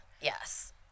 Yes